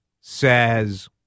says